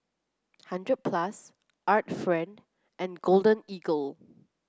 Hundred Plus Art Friend and Golden Eagle